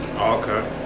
okay